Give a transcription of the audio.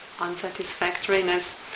unsatisfactoriness